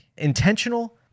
intentional